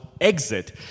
exit